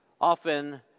often